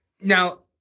Now